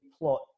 plot